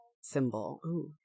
symbol